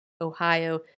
Ohio